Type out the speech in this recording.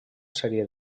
sèrie